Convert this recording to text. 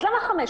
אז, למה 500?